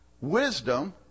wisdom